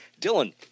Dylan